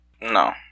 no